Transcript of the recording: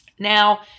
Now